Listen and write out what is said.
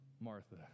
Martha